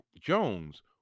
Jones